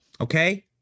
okay